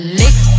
lick